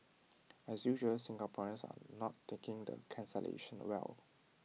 as usual Singaporeans are not taking the cancellation well